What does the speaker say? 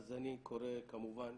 אז אני קורא כמובן